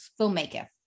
filmmaker